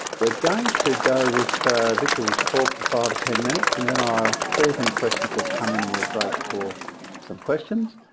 we're going to go with victor's talk for five ten minutes and then i'll see if any questions have come in and we'll break for some questions.